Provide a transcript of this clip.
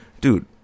dude